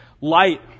Light